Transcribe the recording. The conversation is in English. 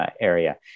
area